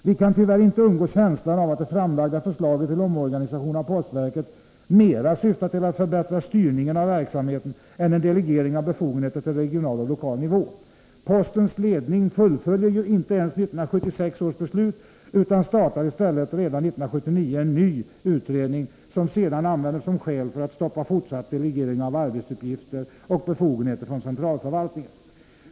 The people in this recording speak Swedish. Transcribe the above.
Vi kan tyvärr inte undgå känslan av att det framlagda förslaget till omorganisation av postverket mera syftar till att förbättra styrningen av verksamheten än till en delegering av befogenheter till regional och lokal nivå. Postens ledning fullföljde ju inte ens 1976 års beslut utan startade i stället redan 1979 en ny utredning, som sedan användes som skäl för att stoppa fortsatt delegering av arbetsuppgifter och befogenheter från centralförvaltningen.